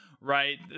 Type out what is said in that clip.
right